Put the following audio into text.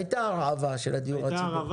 הייתה הרעבה של הדיור הציבורי